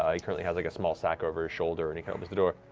ah he currently has like a small sack over his shoulder, and he opens the door.